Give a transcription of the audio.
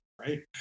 right